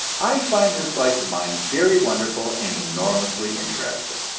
i find this life of mine very wonderful, and enormously interesting.